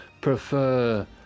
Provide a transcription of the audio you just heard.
prefer